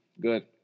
Good